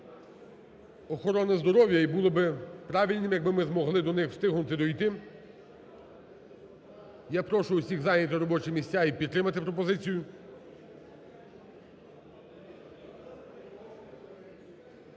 охорони здоров'я і було би правильним, якби ми змогли до них встигнути дійти. Я прошу усіх зайняти місця і підтримати пропозицію.